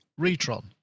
Retron